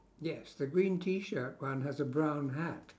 yes the green T shirt one has a brown hat